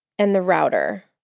and the router.